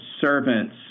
servants